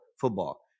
football